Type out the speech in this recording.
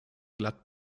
glatt